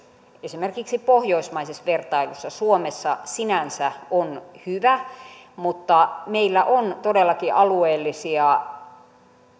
esimerkiksi pohjoismaisessa vertailussa on suomessa sinänsä hyvä mutta meillä on todellakin alueellisia